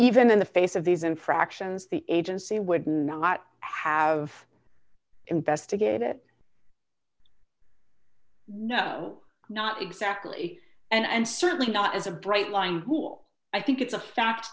even in the face of these infractions the agency would not have investigated it no not exactly and certainly not as a bright line rule i think it's a fa